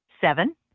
Seven